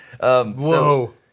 Whoa